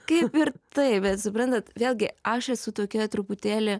kaip ir taip bet suprantat vėlgi aš esu tokia truputėlį